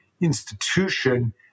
institution